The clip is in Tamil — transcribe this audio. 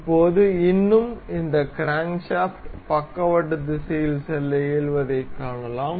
இப்போது இன்னும் இந்த கிரான்க்ஷாப்ட் பக்கவாட்டு திசையில் செல்ல இயல்வதை காணலாம்